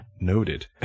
Noted